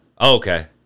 Okay